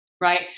right